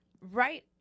right-